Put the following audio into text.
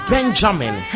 Benjamin